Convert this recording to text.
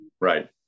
right